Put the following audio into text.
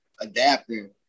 adapting